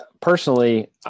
personally